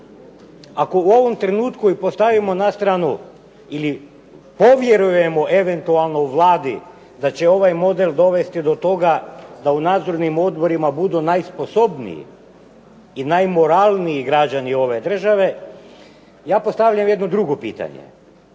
ako u ovom trenutku i postavimo na stranu ili povjerujemo eventualno Vladi da će ovaj model dovesti do toga da u nadzornim odborima budu najsposobniji i najmoralniji građani ove države ja postavljam jedno drugo pitanje.